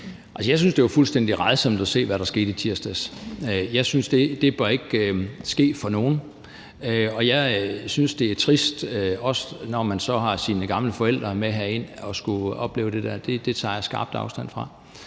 Jeg synes, det var fuldstændig rædsomt at se, hvad der skete i tirsdags. Jeg synes ikke, det bør ske for nogen, og jeg synes, det er trist, også når man har sine gamle forældre med herind, at skulle opleve det der. Det tager jeg skarpt afstand fra.